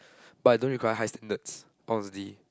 but I don't require high standards probably